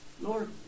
Lord